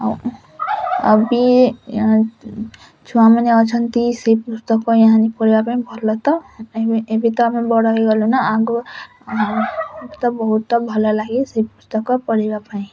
ଆଉ ଆଉ ବି ଛୁଆ ମାନେ ଅଛନ୍ତି ସେଇ ପୁସ୍ତକ ଏହାନି ପଢ଼ିବା ପାଇଁ ଭଲ ତ ଏବେ ତ ଆମେ ବଡ଼ ହେଇଗଲୁନା ଆଗରୁ ବହୁତ ଭଲ ଲାଗେ ସେଇ ପୁସ୍ତକ ପଢ଼ିବା ପାଇଁ